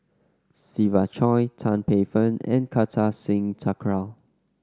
Siva Choy Tan Paey Fern and Kartar Singh Thakral